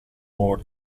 more